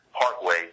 Parkway